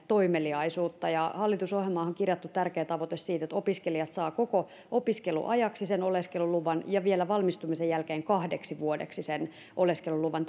toimeliaisuutta ja hallitusohjelmaanhan on kirjattu tärkeä tavoite siitä että opiskelijat saavat koko opiskeluajaksi ja vielä valmistumisen jälkeen kahdeksi vuodeksi sen oleskeluluvan